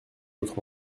votre